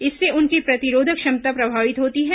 इससे उनकी प्रतिरोधक क्षमता प्रभावित होती है